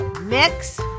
mix